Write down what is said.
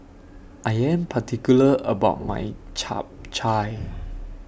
I Am particular about My Chap Chai